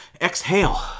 exhale